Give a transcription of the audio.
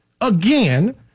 again